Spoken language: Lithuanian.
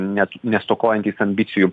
net nestokojantys ambicijų